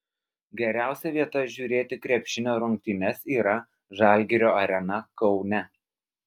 geriausia vieta žiūrėti krepšinio rungtynes yra žalgirio arena kaune